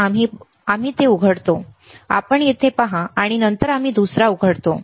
तर आम्ही ते उघडतो आपण येथे पहा आणि नंतर आम्ही दुसरा उघडतो